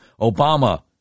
Obama